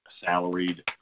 salaried